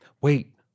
wait